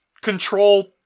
Control